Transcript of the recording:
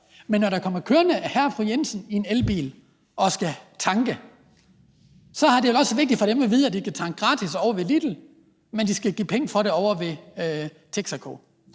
Jensen kommer kørende i en elbil og skal tanke, er det vel også vigtigt for dem at vide, at de kan tanke gratis ovre ved Lidl, men at de skal give penge for det ovre ved Texaco.